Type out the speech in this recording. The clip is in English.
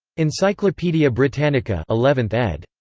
encyclopaedia britannica eleventh ed.